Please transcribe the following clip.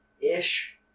Ish